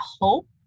hope